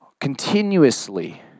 continuously